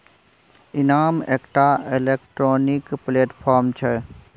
इनाम एकटा electronic platform छै